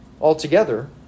altogether